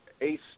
Ace